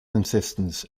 insistence